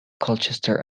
colchester